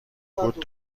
بود